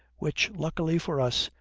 which, luckily for us,